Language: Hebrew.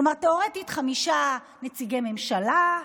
כלומר תיאורטית חמישה נציגי ממשלה,